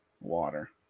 water